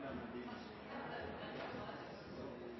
enn de